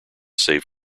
save